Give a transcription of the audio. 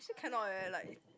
actually cannot eh like